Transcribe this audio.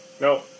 No